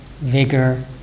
vigor